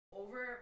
over